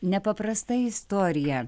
nepaprasta istorija